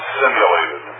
simulated